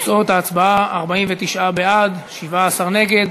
תוצאות ההצבעה: 49 בעד, 17 נגד.